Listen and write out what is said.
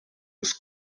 was